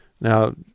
Now